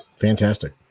Fantastic